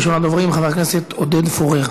ראשון הדוברים, חבר הכנסת עודד פורר.